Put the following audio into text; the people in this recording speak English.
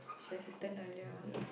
should've eaten earlier ah